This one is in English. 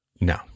No